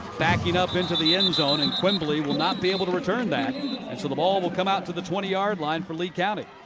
backing up into the end stone and quimbley will not be able to return that. and so the ball will come out to the twenty yard line for lee county.